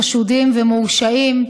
חשודים ומורשעים.